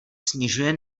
snižuje